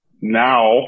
Now